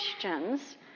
questions